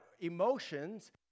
emotions